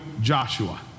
Joshua